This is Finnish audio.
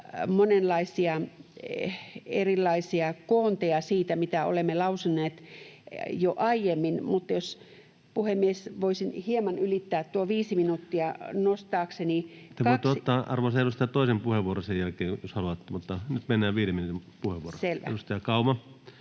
monenlaisia erilaisia koonteja siitä, mitä olemme lausuneet jo aiemmin. — Puhemies, jos voisin hieman ylittää tuon 5 minuuttia nostaakseni... Selvä. Te voitte ottaa, arvoisa edustaja, toisen puheenvuoron tämän jälkeen, jos haluatte, mutta nyt mennään 5 minuutin puheenvuoroilla. Edustaja Kauma